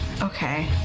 Okay